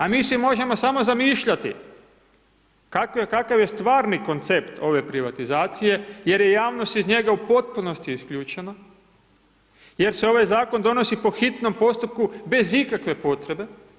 A mi si možemo samo zamišljati kakav je stvarni koncept ove privatizacije jer je javnost iz njega u potpunosti isključena, jer se ovaj zakon donosi po hitnom postupku bez ikakve potrebe.